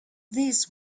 this